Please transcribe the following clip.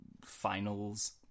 finals